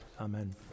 amen